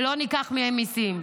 ולא ניקח מהם מיסים.